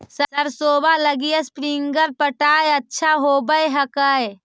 सरसोबा लगी स्प्रिंगर पटाय अच्छा होबै हकैय?